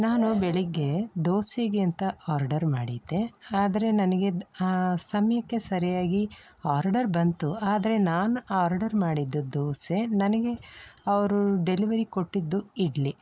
ನಾನು ಬೆಳಿಗ್ಗೆ ದೋಸೆಗೆ ಅಂತ ಆರ್ಡರ್ ಮಾಡಿದ್ದೆ ಆದರೆ ನನಗೆ ಆ ಸಮಯಕ್ಕೆ ಸರಿಯಾಗಿ ಆರ್ಡರ್ ಬಂತು ಆದರೆ ನಾನು ಆರ್ಡರ್ ಮಾಡಿದ್ದು ದೋಸೆ ನನಗೆ ಅವರು ಡೆಲಿವರಿ ಕೊಟ್ಟಿದ್ದು ಇಡ್ಲಿ